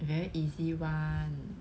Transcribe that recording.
very easy one